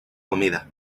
comida